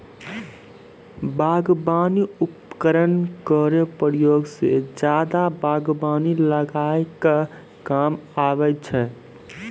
बागबानी उपकरन केरो प्रयोग सें जादा बागबानी लगाय क काम आबै छै